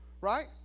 right